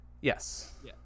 Yes